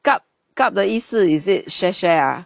gub gub the 意思 is it share share ah